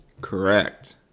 Correct